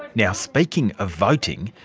now, speaking of voting,